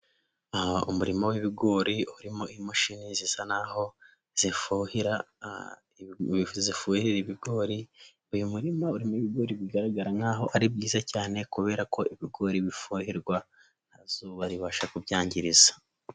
Aha umurima w'ibigori urimo imashini zisa n'aho zifuhira, zifurira ibigori, uyu murima urimo ibigori bigaragara nk'aho ari byiza cyane kubera ko ibigori bifuhirwa nta zuba ribasha kubyangiza.